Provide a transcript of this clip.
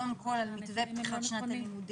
קודם כל על מתווה פתיחת שנת הלימודים,